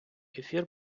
ефір